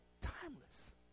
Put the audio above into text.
Timeless